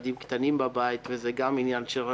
היערכות הביטוח הלאומי וגם היערכות משרד העבודה,